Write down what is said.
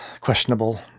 questionable